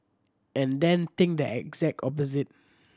and then think the exact opposite